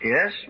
Yes